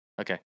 Okay